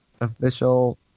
Official